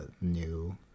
new